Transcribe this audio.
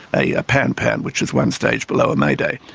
a ah pan pan, which is one stage below a mayday.